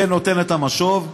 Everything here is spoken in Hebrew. ונותן את המשוב,